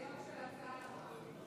הדברים שלך.